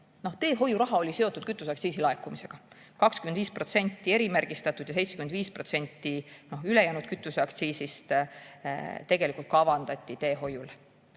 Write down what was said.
teehoiuraha seotud kütuseaktsiisi laekumisega, 25% erimärgistatud ja 75% ülejäänud kütuse aktsiisist tegelikult kavandati teehoiule.